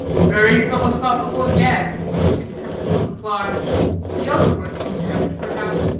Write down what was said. very philosophical again, was the contemptuous reply the outward contempt, perhaps,